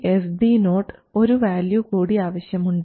VSD0 ഒരു value കൂടി ആവശ്യമുണ്ട്